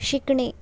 शिकणे